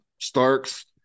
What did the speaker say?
Starks